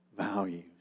Values